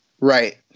Right